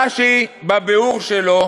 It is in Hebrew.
רש"י, בביאור שלו